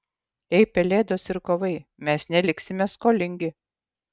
ei pelėdos ir kovai mes neliksime skolingi